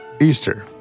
Easter